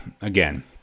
again